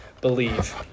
believe